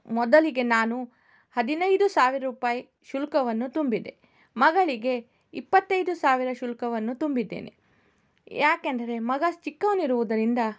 ಮೊದಲಿಗೆ ನಾನು ಹದಿನೈದು ಸಾವಿರ ರೂಪಾಯಿ ಶುಲ್ಕವನ್ನು ತುಂಬಿದೆ ಮಗಳಿಗೆ ಇಪ್ಪತ್ತೈದು ಸಾವಿರ ಶುಲ್ಕವನ್ನು ತುಂಬಿದ್ದೇನೆ ಯಾಕಂದರೆ ಮಗ ಚಿಕ್ಕವನಿರುವುದರಿಂದ